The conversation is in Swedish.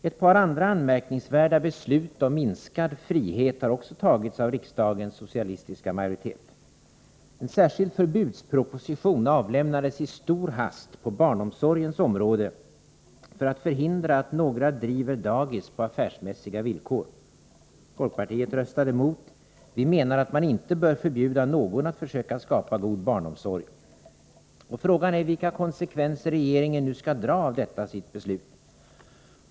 Ett par andra anmärkningsvärda beslut om minskad frihet har också tagits av riksdagens socialistiska majoritet. En särskild förbudsproposition avlämnades i stor hast på barnomsorgens område för att förhindra att några driver dagis på affärsmässiga villkor. Folkpartiet röstade mot — vi menar, att man inte bör'förbjuda någon att försöka skapa god barnomsorg. Och frågan är vilka konsekvenser regeringen nu skall dra av detta sitt beslut.